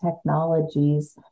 technologies